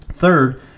Third